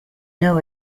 know